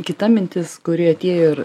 kita mintis kuri atėjo ir